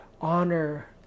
honor